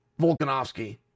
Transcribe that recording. Volkanovsky